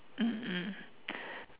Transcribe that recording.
mm mm